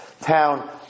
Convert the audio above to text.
town